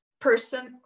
person